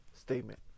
statement